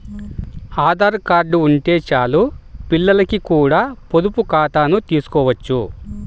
Aadhaar card ఉంటే చాలు పిల్లలకి కూడా పొదుపు ఖాతాను తీసుకోవచ్చు